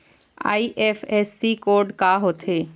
IFSC code का होथे?